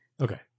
Okay